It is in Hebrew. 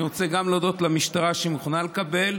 אני רוצה גם להודות למשטרה שהיא מוכנה לקבל,